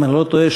אם אני לא טועה,